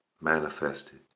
manifested